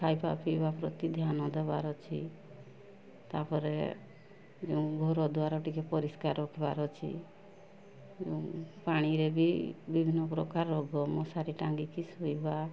ଖାଇବା ପିଇବା ପ୍ରତି ଧ୍ୟାନ ଦେବାର ଅଛି ତା'ପରେ ଯେଉଁ ଘର ଦ୍ଵାର ଟିକେ ପରିଷ୍କାର ରଖିବାର ଅଛି ପାଣିରେ ବି ବିଭିନ୍ନ ପ୍ରକାର ରୋଗ ମଶାରୀ ଟାଙ୍ଗିକି ଶୋଇବା